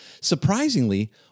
surprisingly